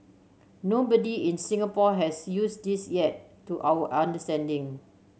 nobody in Singapore has used this yet to our understanding